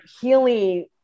healing